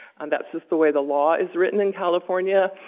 and that's just the way the law is written in california.